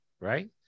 right